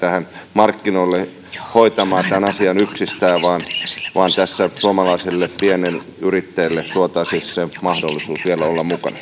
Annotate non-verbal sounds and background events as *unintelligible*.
markkinoille hoitamaan tämän asian yksistään vaan tässä suomalaiselle pienelle yrittäjälle suotaisiin se mahdollisuus vielä olla mukana *unintelligible*